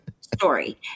story